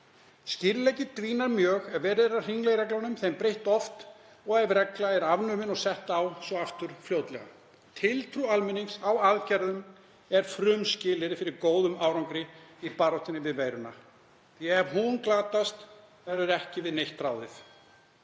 Skýrleiki dvínar mjög ef verið er að hringla í reglunum, þeim breytt oft og ef regla er afnumin og svo sett fljótlega aftur á. Tiltrú almennings á aðgerðum er frumskilyrði fyrir góðum árangri í baráttunni við veiruna því að ef hún glatast verður ekki við neitt ráðið.